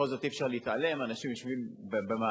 בכל זאת אי-אפשר להתעלם, אנשים יושבים במאהלים,